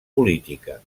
política